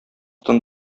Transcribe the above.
тын